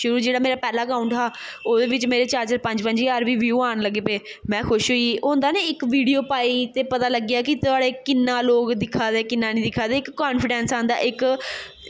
शुरू च जेह्ड़ा मेरा पैह्ला अकाउंट हा ओह्दे बिच्च मेरे चार चार पंज पंज ज्हार बी ब्यू औन लगी पे में खुश होई गेई होंदा ना इक वीडियो पाई ते पता लग्गेआ कि तोआढ़े किन्ना लोग दिक्खा दे किन्ना निं दिक्खा दे इक कांफिडैंस औंदा इक